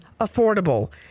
affordable